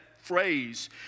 phrase